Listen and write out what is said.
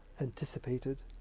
anticipated